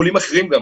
חולים אחרים גם,